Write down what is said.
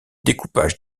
découpage